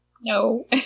No